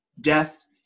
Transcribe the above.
Death